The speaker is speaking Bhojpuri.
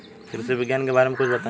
कृषि विज्ञान के बारे में कुछ बताई